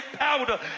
powder